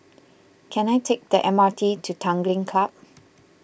can I take the M R T to Tanglin Club